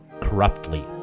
corruptly